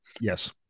Yes